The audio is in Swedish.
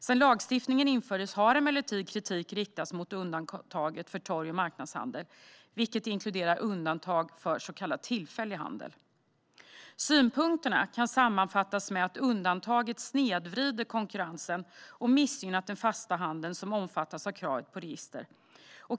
Sedan lagstiftningen infördes har kritik emellertid riktats mot undantaget för torg och marknadshandeln, vilket inkluderar undantag för så kallad tillfällig handel. Synpunkterna kan sammanfattas med att undantaget snedvrider konkurrensen och missgynnar den fasta handeln, som omfattas av kravet på register.